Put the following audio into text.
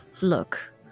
look